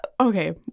Okay